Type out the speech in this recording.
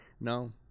No